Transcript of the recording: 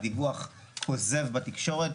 דיווח כוזב בתקשורת.